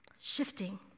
shifting